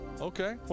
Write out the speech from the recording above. Okay